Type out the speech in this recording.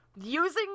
using